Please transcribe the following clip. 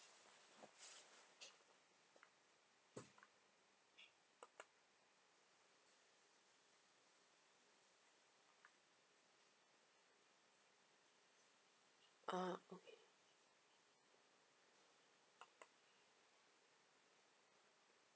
um